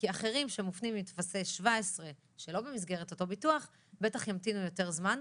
אחרים שמופנים עם טפסי 17 שלא במסגרת אותו ביטוח בטח ימתינו יותר זמן.